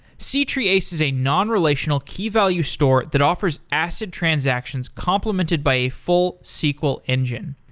c-treeace is a non relational key-value store that offers acid transactions complemented by a full sql engine.